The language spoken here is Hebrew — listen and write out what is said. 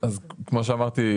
אז כמו שאמרתי,